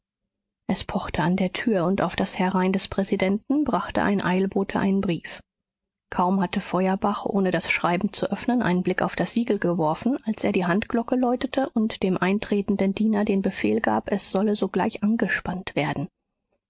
es pochte an der tür und auf das herein des präsidenten brachte ein eilbote einen brief kaum hatte feuerbach ohne das schreiben zu öffnen einen blick auf das siegel geworfen als er die handglocke läutete und dem eintretenden diener den befehl gab es solle sogleich angespannt werden